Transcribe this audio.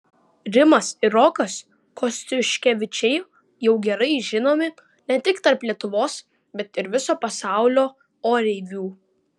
rimas ir rokas kostiuškevičiai jau gerai žinomi ne tik tarp lietuvos bet ir viso pasaulio oreivių